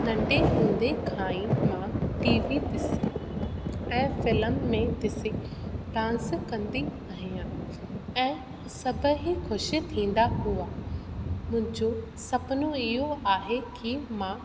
नंढे हूंदे खां ई मां टीवी ॾिसी ऐं फिलम में ॾिसी डांस कंदी आहियां ऐं सभेई ख़ुशि थींदा हुआ मुंहिंजो सुपिनो इहो आहे की मां